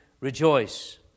rejoice